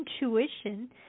intuition